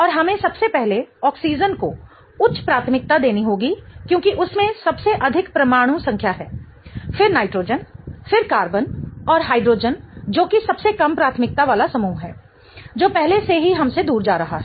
और हमें सबसे पहले ऑक्सीजन को उच्च प्राथमिकता देनी होगी क्योंकि उसमें सबसे अधिक परमाणु संख्या है फिर नाइट्रोजन फिर कार्बन और हाइड्रोजन जो कि सबसे कम प्राथमिकता वाला समूह है जो पहले से ही हमसे दूर जा रहा है